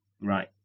right